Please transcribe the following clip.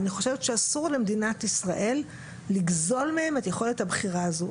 אני חושבת שאסור למדינת ישראל לגזול מהם את יכולת הבחירה הזאת.